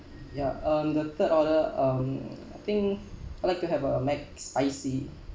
ya um the third order um I think I'd like to have a mcspicy